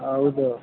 ಹೌದು